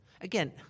Again